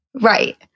Right